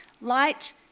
Light